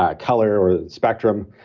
ah color or spectrum.